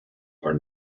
are